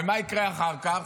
מה יקרה אחר כך?